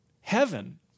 heaven